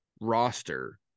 roster